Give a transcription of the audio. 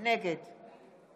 נגד